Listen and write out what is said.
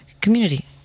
Community